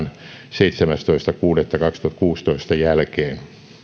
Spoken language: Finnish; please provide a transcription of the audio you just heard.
seitsemästoista kuudetta kaksituhattakuusitoista jälkeen